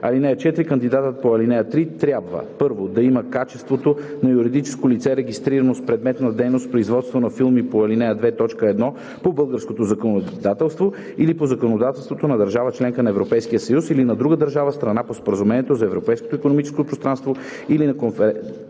(4) Кандидатът по ал. 3 трябва: 1. да има качеството на юридическо лице, регистрирано с предмет на дейност производство на филми по ал. 2, т. 1 по българското законодателство или по законодателството на държава – членка на Европейския съюз, или на друга държава – страна по Споразумението за Европейското икономическо пространство, или на Конфедерация